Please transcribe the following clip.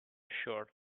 short